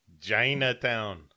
Chinatown